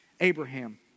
Abraham